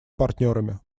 партнерами